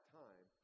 time